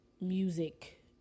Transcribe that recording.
music